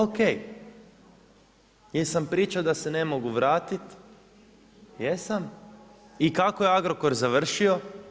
Ok, je sam pričao da se ne mogu vratiti, jesam, i kako je Agrokor završio?